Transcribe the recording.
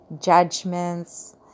judgments